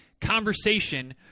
conversation